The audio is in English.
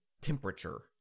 temperature